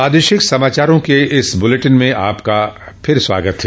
प्रादेशिक समाचारों के इस बुलेटिन में आपका फिर से स्वागत है